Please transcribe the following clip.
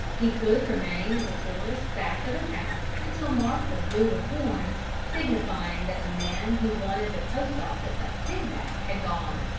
he could remain in the forest back of his house until martha blew the horn signifying that the man who wanted the post-office at pigback had gone,